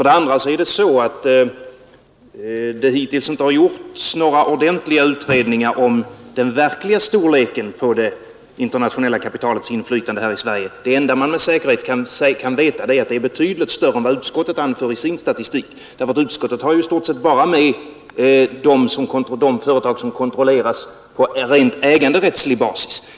Det är också så att det hittills inte har gjorts några ordentliga undersökningar om den verkliga storleken på det internationella kapitalets inflytande här i Sverige. Det enda som man med säkerhet kan veta är att det är betydligt större än vad utskottet anför i sin statistik. Utskottet har i stort sett bara med de företag som kontrolleras på rent äganderättslig basis.